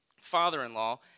father-in-law